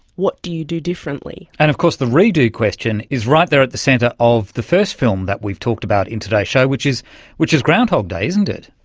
what do you do differently? and of course the re-do question is right there at the centre of the first film that we've talked about in today's show which is which is groundhog day, isn't it.